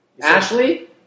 Ashley